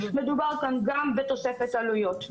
מדובר כאן גם בתוספת עלויות,